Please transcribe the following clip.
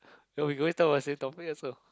no we going talk about same topic also